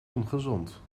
ongezond